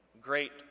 great